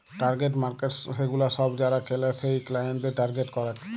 target markets সেগুলা সব যারা কেলে সেই ক্লায়েন্টদের টার্গেট করেক